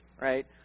right